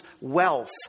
wealth